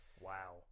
Wow